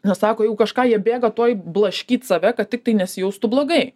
nes sako jau kažką jie bėga tuoj blaškyt save kad tiktai nesijaustų blogai